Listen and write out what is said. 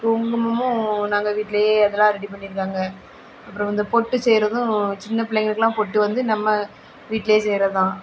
குங்குமமும் நாங்கள் வீட்லேயே அதெலாம் ரெடி பண்ணி இருக்காங்க அப்புறம் வந்து பொட்டு செய்கிறதும் சின்ன பிள்ளைங்களுக்குலாம் பொட்டு வந்து நம்ம வீட்லேயே செய்கிறது தான்